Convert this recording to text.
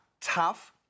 tough